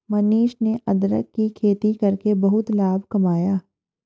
मनीष ने अदरक की खेती करके बहुत लाभ कमाया